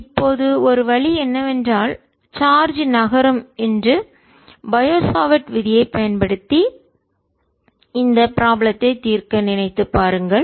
இப்போது ஒரு வழி என்னவென்றால் சார்ஜ் நகரும் என்று பயோசாவார்ட் விதியை பயன்படுத்தி இந்த ப்ராப்ளத்தை தீர்க்க நினைத்துப் பாருங்கள்